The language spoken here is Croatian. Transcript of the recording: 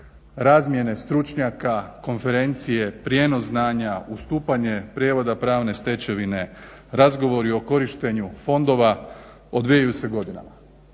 razmjene stručnjaka, konferencija, prijenos znanja, ustupanje prijevoda pravne stečevine, razgovori o korištenju fonda odvijaju se godinama.